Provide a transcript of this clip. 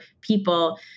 people